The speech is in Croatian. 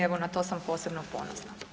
Evo na to sam posebno ponosna.